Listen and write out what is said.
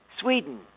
Sweden